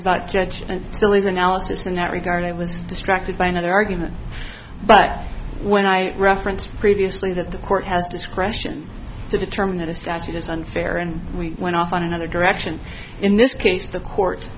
about judge and silly the analysis in that regard i was distracted by another argument but when i referenced previously that the court has discretion to determine that a statute is unfair and we went off on another direction in this case the court